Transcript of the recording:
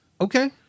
Okay